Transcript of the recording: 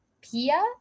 Pia